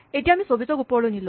এতিয়া আমি ২৪ ক ওপৰলৈ নিলো